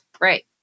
right